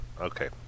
okay